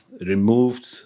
removed